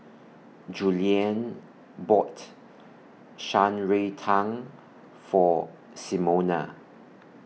Julianne bought Shan Rui Tang For Simona